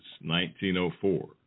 1904